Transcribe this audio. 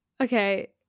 Okay